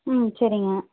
உம் சரிங்க